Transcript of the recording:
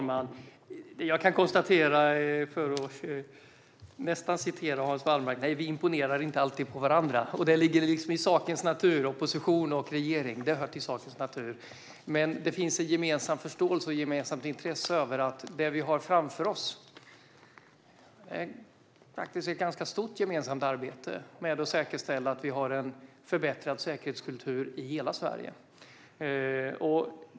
Fru talman! För att nästan citera Hans Wallmark kan jag konstatera att vi inte alltid imponerar på varandra. Detta ligger i sakens natur när det handlar om opposition och regering. Det finns dock en gemensam förståelse och ett gemensamt intresse för det som vi har framför oss, som är ett stort gemensamt arbete med att säkerställa att vi får en förbättrad säkerhetskultur i hela Sverige.